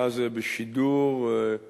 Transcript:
היה זה בשידור של